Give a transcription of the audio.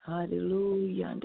Hallelujah